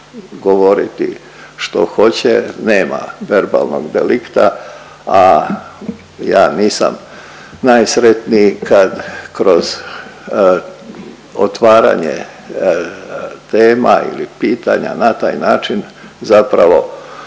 govoriti što hoće, nema verbalnog delikta, a ja nisam najsretniji kad kroz otvaranje tema ili pitanja na taj način zapravo